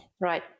Right